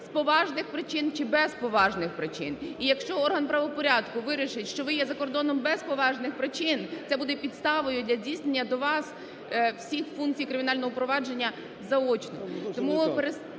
з поважних причин чи без поважних причин. І, якщо орган правопорядку вирішить, що ви є за кордоном без поважних причин, це буде підставою для здійснення до вас всіх функцій кримінального провадження заочно.